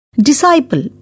disciple